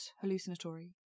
hallucinatory